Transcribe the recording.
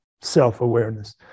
self-awareness